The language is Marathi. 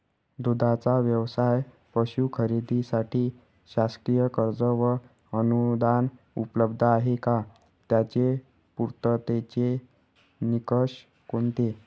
दूधाचा व्यवसायास पशू खरेदीसाठी शासकीय कर्ज व अनुदान उपलब्ध आहे का? त्याचे पूर्ततेचे निकष कोणते?